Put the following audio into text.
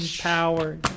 power